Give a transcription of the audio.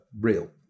real